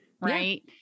right